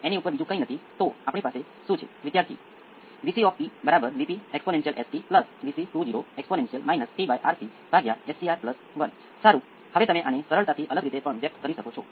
તેથી ફરી response A 1 exponential p 1 t A 2 exponential p 2 t સ્વરૂપમાં હશે હવે આ કિસ્સામાં P 2 ખરેખર p 1 સંયુક્ત છે